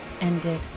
ended